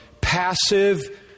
passive